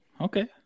Okay